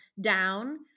down